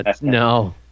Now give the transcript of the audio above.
No